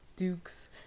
Dukes